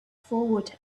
forward